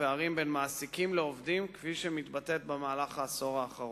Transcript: לפערים בין מעסיקים לעובדים כפי שהיא מתבטאת במהלך העשור האחרון,